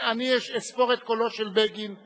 אני אספור את קולו של בני בגין,